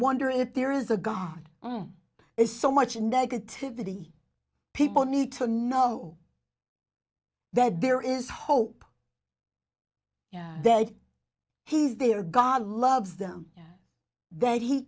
wonder if there is a god is so much negativity people need to know that there is hope that he's there god loves them that he